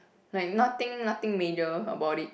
like nothing nothing major about it